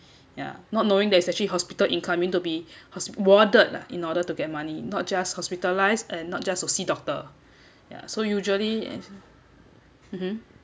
ya not knowing there's actually hospital incoming to be hosp~ warded ah in order to get money not just hospitalized and not just to see doctor ya so usually and mmhmm